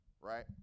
right